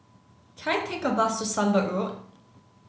can I take a bus to Sunbird Road